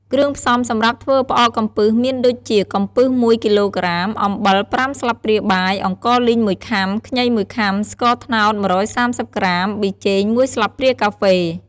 គ្រឿងផ្សំសម្រាប់ធ្វើផ្អកកំពឹសមានដូចជា កំពឹស ១ គីឡូក្រាម អំបិល ៥ស្លាបព្រាបាយ អង្ករលីង ១ខាំ ខ្ញី ១ខាំ ស្ករត្នោត ១៣០ក្រាម ប៊ីចេង ១ស្លាបព្រាកាហ្វេ។